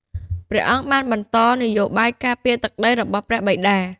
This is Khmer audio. ព្រះអង្គបានបន្តនយោបាយការពារទឹកដីរបស់ព្រះបិតា។